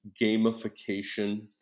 gamification